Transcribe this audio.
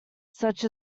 such